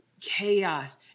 chaos